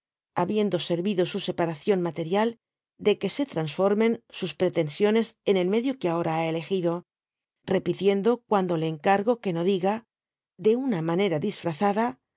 habiendo servido su separación material de que se transformen sus pretensiones en el medio que ahora ha elegido repitiendo cuanto le encargo que no diga de una manera disfrazada